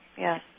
yes